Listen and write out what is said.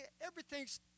everything's